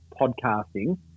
podcasting